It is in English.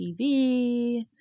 tv